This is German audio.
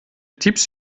tipps